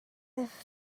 have